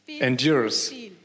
endures